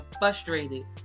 frustrated